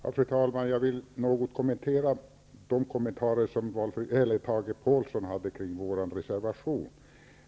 Fru talman! Jag vill något kommentera det som Tage Påhlsson sade om vår reservation.